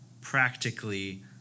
practically –